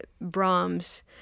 Brahms